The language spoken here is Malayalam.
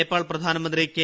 നേപ്പാൾ പ്രധാനമന്ത്രി കെ